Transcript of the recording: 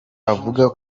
avuga